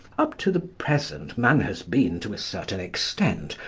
up to the present, man has been, to a certain extent,